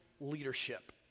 leadership